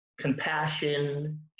compassion